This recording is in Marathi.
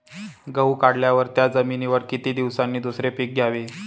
गहू काढल्यावर त्या जमिनीवर किती दिवसांनी दुसरे पीक घ्यावे?